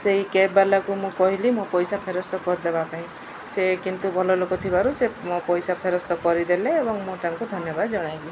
ସେଇ କ୍ୟାବ୍ ବାଲାକୁ ମୁଁ କହିଲି ମୋ ପଇସା ଫେରସ୍ତ କରିଦେବା ପାଇଁ ସେ କିନ୍ତୁ ଭଲ ଲୋକ ଥିବାରୁ ସେ ମୋ ପଇସା ଫେରସ୍ତ କରିଦେଲେ ଏବଂ ମୁଁ ତାଙ୍କୁ ଧନ୍ୟବାଦ ଜଣାଇଲି